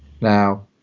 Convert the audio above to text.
now